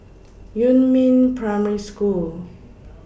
Yumin Primary School